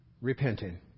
repenting